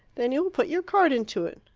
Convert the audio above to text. then you will put your card into it.